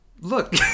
Look